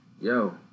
Yo